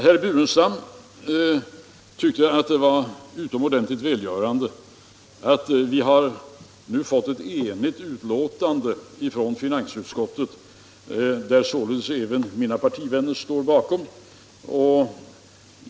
Herr Burenstam Linder tyckte att det var utomordentligt välgörande att vi nu fått ett enhälligt betänkande från finansutskottet, vilket således även mina partivänner står bakom.